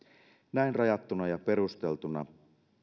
näin rajattuna ja perusteltuna